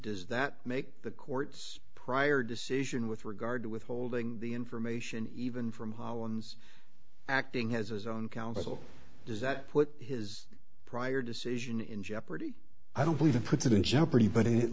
does that make the court's prior decision with regard to withholding the information even from one's acting as his own counsel does that put his prior decision in jeopardy i don't believe it puts it in jeopardy but at